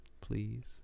please